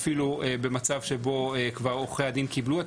אפילו במצב שבו כבר עורכי הדין קיבלו את